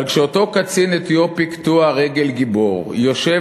אבל כשאותו קצין אתיופי קטוע רגל גיבור יושב